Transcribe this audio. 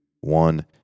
one